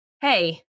hey